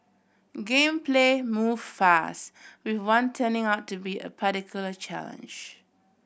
game play move fast with one turning out to be a particular challenge